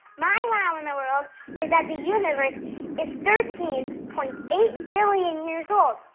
my wow in the world is that the universe is thirteen point eight billion years old.